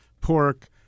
pork